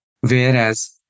whereas